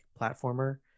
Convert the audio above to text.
platformer